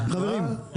הדבר שלך, לא?